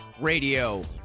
Radio